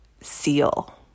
seal